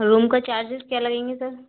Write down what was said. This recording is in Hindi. रूम का चारजिस क्या लगेंगे सर